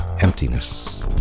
emptiness